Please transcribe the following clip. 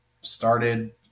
started